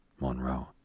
Monroe